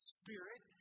spirit